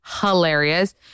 hilarious